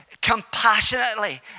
compassionately